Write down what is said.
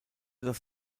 das